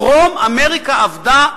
דרום-אמריקה אבדה,